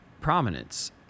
prominence